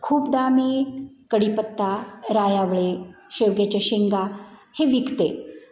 खूपदा मी कडीपत्ता राय आवळे शेवग्याच्या शेंगा हे विकते